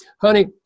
honey